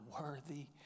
worthy